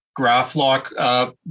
GraphLock